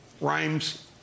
rhymes